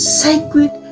sacred